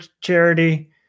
charity